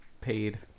paid